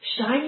shine